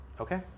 Okay